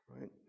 right